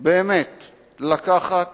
באמת לקחת